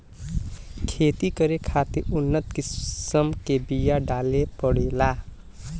खेती करे खातिर उन्नत किसम के बिया डाले के पड़ेला